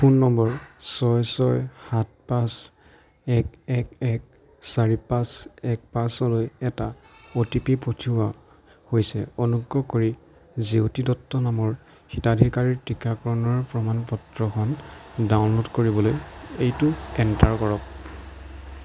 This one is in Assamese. ফোন নম্বৰ ছয় ছয় সাত পাঁচ এক এক এক চাৰি পাঁচ এক পাঁচ লৈ এটা অ' টি পি পঠিওৱা হৈছে অনুগ্ৰহ কৰি জেউতি দত্ত নামৰ হিতাধিকাৰীৰ টীকাকৰণৰ প্ৰমাণ পত্ৰখন ডাউনল'ড কৰিবলৈ এইটো এণ্টাৰ কৰক